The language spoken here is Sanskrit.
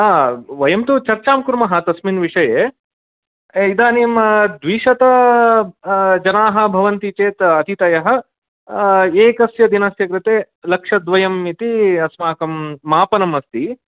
वयं तु चर्चां कुर्मः तस्मिन् विषये इदानीं द्विशत जनाः भवन्ति चेत् अतिथयः एकस्य दिनस्य कृते लक्षद्वयम् इति अस्माकं मापनम् अस्ति